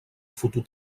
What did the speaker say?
futur